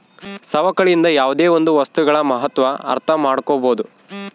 ಸವಕಳಿಯಿಂದ ಯಾವುದೇ ಒಂದು ವಸ್ತುಗಳ ಮಹತ್ವ ಅರ್ಥ ಮಾಡ್ಕೋಬೋದು